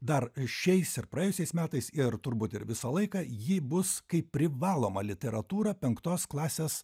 dar šiais ir praėjusiais metais ir turbūt ir visą laiką jį bus kaip privaloma literatūra penktos klasės